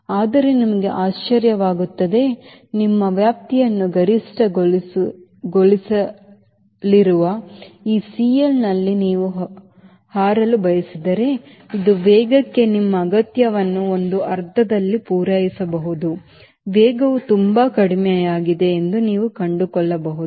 ಆದರೆ ನಿಮಗೆ ಆಶ್ಚರ್ಯವಾಗುತ್ತದೆ ನಿಮ್ಮ ವ್ಯಾಪ್ತಿಯನ್ನು ಗರಿಷ್ಠಗೊಳಿಸಲಿರುವ ಈ CLನಲ್ಲಿ ನೀವು ಹಾರಲು ಬಯಸಿದರೆ ಇದು ವೇಗಕ್ಕೆ ನಿಮ್ಮ ಅಗತ್ಯವನ್ನು ಒಂದು ಅರ್ಥದಲ್ಲಿ ಪೂರೈಸದಿರಬಹುದು ವೇಗವು ತುಂಬಾ ಕಡಿಮೆಯಾಗಿದೆ ಎಂದು ನೀವು ಕಂಡುಕೊಳ್ಳಬಹುದು